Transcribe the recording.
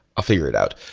i'll figure it out.